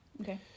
Okay